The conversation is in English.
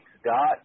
Scott